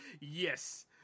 Yes